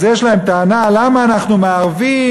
אז יש להם טענה למה אנחנו מערבים,